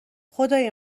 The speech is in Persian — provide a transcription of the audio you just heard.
خدای